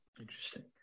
Interesting